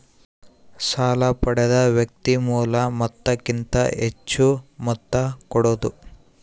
ಸಾಲ ಪಡೆದ ವ್ಯಕ್ತಿ ಮೂಲ ಮೊತ್ತಕ್ಕಿಂತ ಹೆಚ್ಹು ಮೊತ್ತ ಕೊಡೋದು